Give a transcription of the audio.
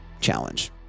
challenge